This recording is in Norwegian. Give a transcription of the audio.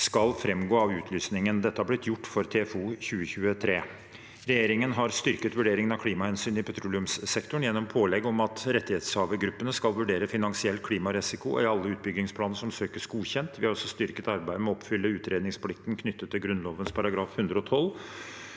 skal framgå av utlysningen. Dette har blitt gjort for TFO 2023. Regjeringen har styr ket vurderingen av klimahensyn i petroleumssektoren gjennom pålegg om at rettighetshavergruppene skal vurdere finansiell klimarisiko i alle utbyggingsplaner som søkes godkjent. Vi har også styrket arbeidet med å oppfylle utredningsplikten knyttet til Grunnloven § 112.